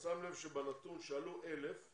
אתה שם לב לנתון שעלו 1,000,